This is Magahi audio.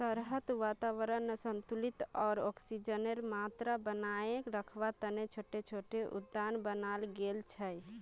शहरत वातावरनक संतुलित आर ऑक्सीजनेर मात्रा बनेए रखवा तने छोटो छोटो उद्यान बनाल गेल छे